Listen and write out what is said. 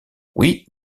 oui